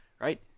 right